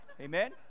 Amen